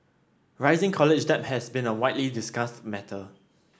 rising college debt has been a widely discussed matter